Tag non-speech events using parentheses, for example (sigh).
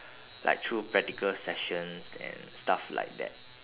(breath) like through practical sessions and stuff like that